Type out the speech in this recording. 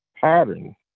pattern